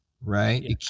right